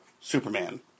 Superman